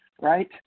right